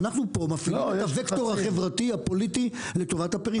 אנחנו מפעילים פה את הווקטור החברתי-הפוליטי לטובת הפריפריה.